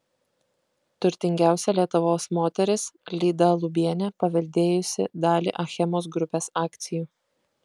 turtingiausia lietuvos moteris lyda lubienė paveldėjusi dalį achemos grupės akcijų